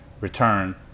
return